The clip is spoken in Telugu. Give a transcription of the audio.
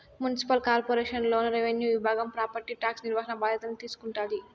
మున్సిపల్ కార్పొరేషన్ లోన రెవెన్యూ విభాగం ప్రాపర్టీ టాక్స్ నిర్వహణ బాధ్యతల్ని తీసుకుంటాది